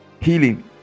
healing